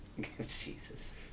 Jesus